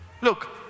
Look